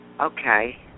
Okay